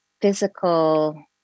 physical